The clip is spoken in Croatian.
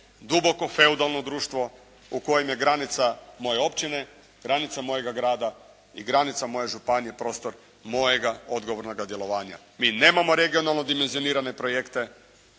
duboko feudalno društvo u kojem je granica moje općine, granica mojega grada i granica moje županije prostor mojega odgovornoga djelovanja. Mi nemamo regionalno dimenzionirane projekte.